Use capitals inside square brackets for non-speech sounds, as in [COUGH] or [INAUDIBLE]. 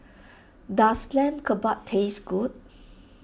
[NOISE] does Lamb Kebabs taste good